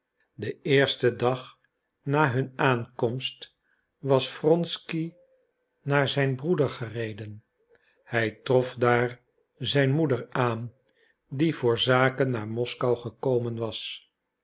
den eersten dag na hun aankomst was wronsky naar zijn broeder gereden hij trof daar zijn moeder aan die voor zaken naar moskou gekomen was